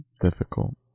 difficult